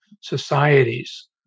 societies